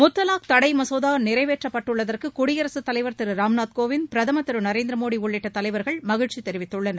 முத்தலாக் தடை மசோதா நிறைவேற்றப்பட்டுள்ளதற்கு குடியரசுத் தலைவர் திரு ராம்நாத் கோவிந்த் பிரதமர் திரு நரேந்திர மோடி உள்ளிட்ட தலைவர்கள் மகிழ்ச்சி தெரிவித்துள்ளனர்